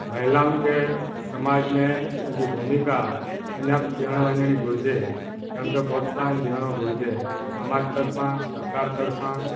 महिलाउनि खे समाज में जी भूमिका अञा ॾियणु वञिणी घुरिजे उनखे प्रोत्साहन ॾियणु घुरिजे समाज तर्फ़ां सरकार तर्फ़ां